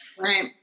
Right